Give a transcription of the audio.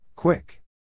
Quick